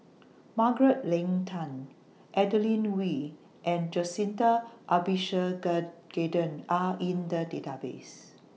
Margaret Leng Tan Adeline Ooi and Jacintha Are in The Database